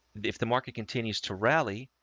if the market continues to rally,